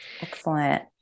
Excellent